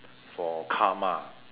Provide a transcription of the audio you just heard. for karma